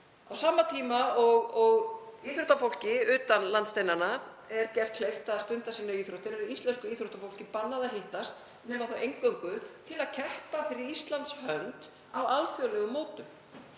Á sama tíma og íþróttafólki utan landsteinanna er gert kleift að stunda sínar íþróttir er íslensku íþróttafólki bannað að hittast nema eingöngu til að keppa fyrir Íslands hönd á alþjóðlegum mótum.